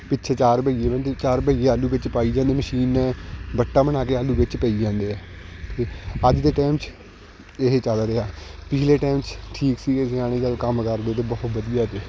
ਪਿੱਛੇ ਚਾਰ ਬਈਏ ਬਹਿੰਦੇ ਚਾਰ ਬਈਏ ਆਲੂ ਵਿੱਚ ਪਾਈ ਜਾਂਦੇ ਮਸ਼ੀਨ ਨੇ ਵੱਟਾਂ ਬਣਾ ਕੇ ਆਲੂ ਵਿੱਚ ਪਈ ਜਾਂਦੇ ਹੈ ਅੱਜ ਦੇ ਟਾਈਮ 'ਚ ਇਹ ਚੱਲ ਰਿਹਾ ਪਿਛਲੇ 'ਚ ਠੀਕ ਸੀਗਾ ਸਿਆਣੇ ਜਦੋਂ ਕੰਮ ਕਰਦੇ ਤੇ ਬਹੁਤ ਵਧੀਆ ਤੇ